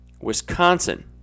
Wisconsin